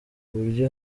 uburyo